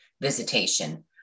visitation